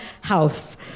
house